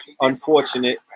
unfortunate